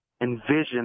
envision